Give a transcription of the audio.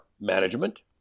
management